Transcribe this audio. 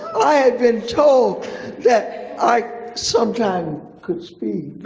i had been told that i sometime could speed.